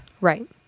Right